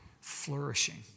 flourishing